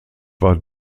war